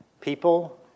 people